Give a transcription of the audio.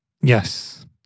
Yes